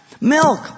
Milk